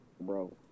bro